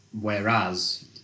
Whereas